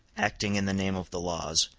acting in the name of the laws,